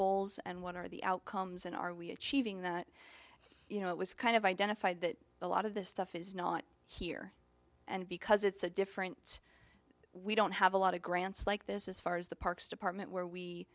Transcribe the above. goals and what are the outcomes and are we achieving that you know it was kind of identified that a lot of this stuff is not here and because it's a different we don't have a lot of grants like this as far as the parks department where we